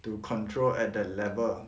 to control at the level